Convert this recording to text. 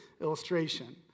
illustration